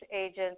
agents